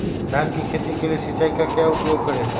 धान की खेती के लिए सिंचाई का क्या उपयोग करें?